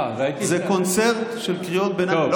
זה קונצרט של קריאות ביניים.